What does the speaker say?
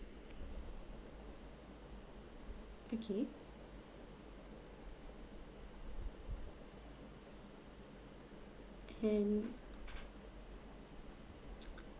okay and